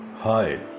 hi